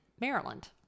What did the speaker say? Maryland